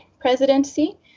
presidency